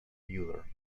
euler